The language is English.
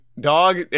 Dog